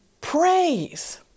praise